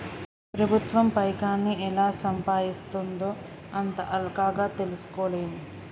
ప్రభుత్వం పైకాన్ని ఎలా సంపాయిస్తుందో అంత అల్కగ తెల్సుకోలేం